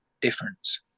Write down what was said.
difference